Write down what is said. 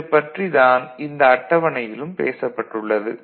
இது பற்றி தான் இந்த அட்டவணையிலும் பேசப்பட்டுள்ளது